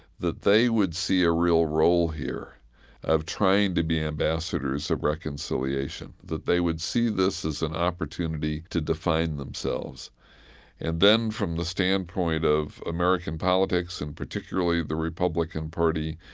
that they would see a real role here of trying to be ambassadors of reconciliation, that they would see this as an opportunity to define themselves and then from the standpoint of american politics and particularly the republican party,